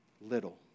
little